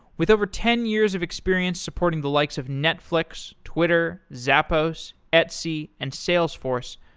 with over ten years of experience supporting the likes of netflix, twitter, zappos, etsy, and salesforce,